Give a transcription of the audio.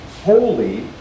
holy